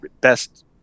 best